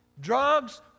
Drugs